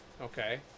Okay